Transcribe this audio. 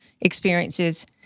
experiences